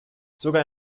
sogar